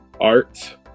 Art